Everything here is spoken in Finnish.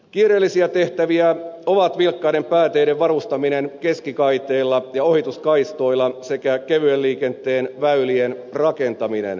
kiireellisiä tehtäviä ovat vilkkaimpien pääteiden varustaminen keskikaiteilla ja ohituskaistoilla sekä kevyen liikenteen väylien rakentaminen